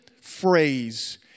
phrase